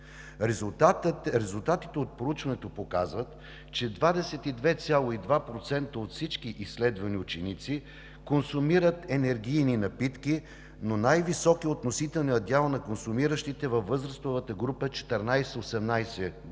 Резултатите от проучването показват, че 22,2% от всички изследвани ученици консумират енергийни напитки, но най-висок е относителният дял на консумиращите във възрастовата група 14 – 18 години